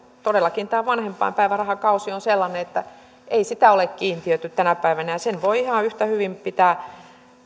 todellakin vanhempainpäivärahakausi on sellainen että ei sitä ole kiintiöity tänä päivänä sen voi ihan yhtä hyvin pitää